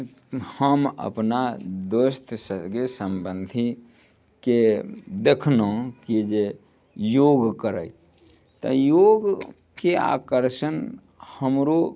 हम अपना दोस्तसँ के सम्बन्धीके देखलहुँ की जे योग करैत तऽ योगके आकर्षण हमरो